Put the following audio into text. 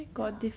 ya